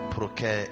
Porque